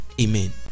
amen